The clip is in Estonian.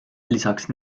lisaks